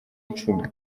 icumi